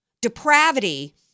depravity